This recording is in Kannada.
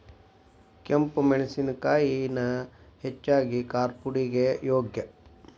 ಕೆಂಪ ಮೆಣಸಿನಕಾಯಿನ ಹೆಚ್ಚಾಗಿ ಕಾರ್ಪುಡಿಗೆ ಯೋಗ್ಯ